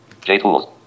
JTools